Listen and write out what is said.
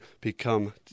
become